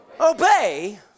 obey